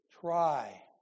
try